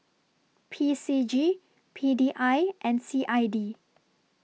P C G P D I and C I D